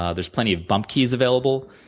ah there's plenty of bump keys available.